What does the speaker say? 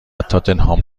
تاتنهام